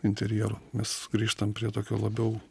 interjeru mes grįžtam prie tokio labiau